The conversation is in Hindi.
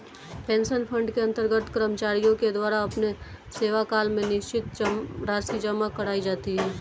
पेंशन फंड के अंतर्गत कर्मचारियों के द्वारा अपने सेवाकाल में निश्चित राशि जमा कराई जाती है